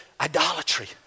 idolatry